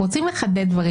רוצים לחדד דברים.